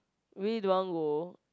really don't want go